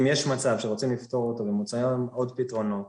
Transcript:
אם יש מצב שרוצים לפתור אותו ומוצעים עוד פתרונות,